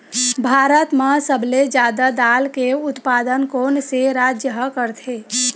भारत मा सबले जादा दाल के उत्पादन कोन से राज्य हा करथे?